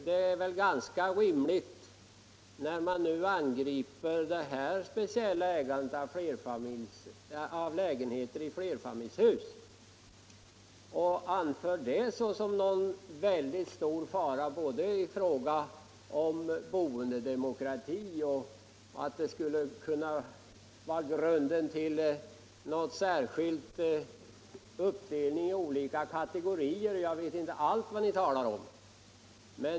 Det är väl ett ganska rimligt påpekande när man nu angriper ett sådant ägande av lägenheter i flerfamiljshus och menar att det skulle utgöra en mycket stor fara för boendedemokratin, att det skulle skapa förutsättningar för en uppdelning i olika kategorier osv.